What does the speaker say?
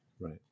right